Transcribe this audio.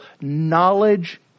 knowledge